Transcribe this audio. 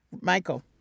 Michael